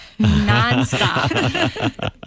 nonstop